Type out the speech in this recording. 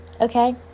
Okay